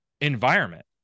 environment